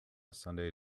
sunday